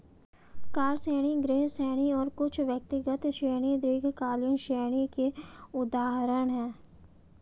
car ऋण, गृह ऋण और कुछ व्यक्तिगत ऋण दीर्घकालिक ऋण के उदाहरण हैं